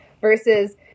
versus